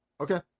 okay